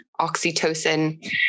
oxytocin